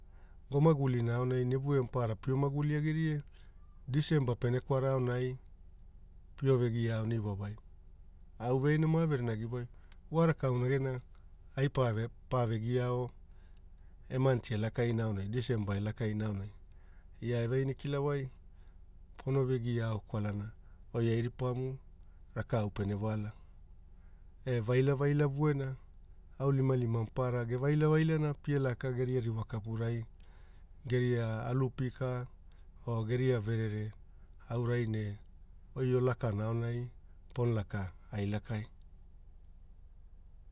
Go magulina aonai vue maparara pio maguli agiria Disemba pene kwara aonai pio vegiao e manti e lakama aonai, Disemba elakaina aonai, ia eveaina ekila wai, pono vegiao kwalana, oi airipamu rakau pene wala e vailavaila vuena aonilimilima maparara gevailavailana pia laka geria ririwa kapurai geria alu pika o geria verere auraine oi olakuna aonai pono laka lakai